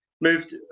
moved